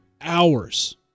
hours